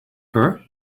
her